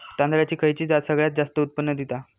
तांदळाची खयची जात सगळयात जास्त उत्पन्न दिता?